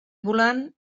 volant